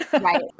Right